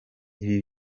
ibi